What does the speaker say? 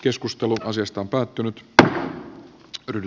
keskustelu asiasta on päätynyt p krn